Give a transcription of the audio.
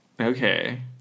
Okay